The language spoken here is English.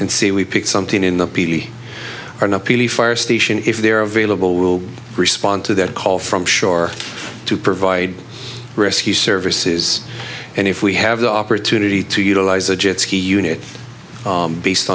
and see we pick something in the p d or no p d fire station if they're available will respond to that call from shore to provide rescue services and if we have the opportunity to utilize a jet ski unit based